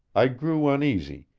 i grew uneasy,